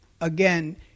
again